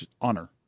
honor